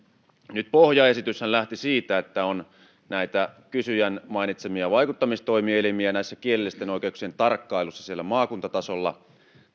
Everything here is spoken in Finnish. nyt pohjaesityshän lähti siitä että on näitä kysyjän mainitsemia vaikuttamistoimielimiä kielellisten oikeuksien tarkkailussa siellä maakuntatasolla